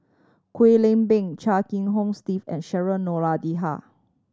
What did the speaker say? Kwek Leng Beng Chia Kiah Hong Steve and Cheryl Noronha